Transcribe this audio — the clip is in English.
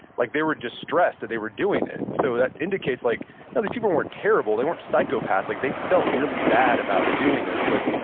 like they were distressed that they were doing it. so, that indicates like these people weren't terrible, they weren't psychopaths. like, they felt really bad about doing this. but,